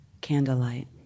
candlelight